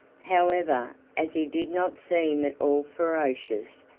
however, as he did not seem at all ferocious,